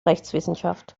rechtswissenschaft